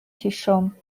chisholm